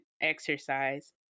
exercise